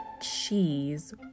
Cheese